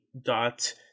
dot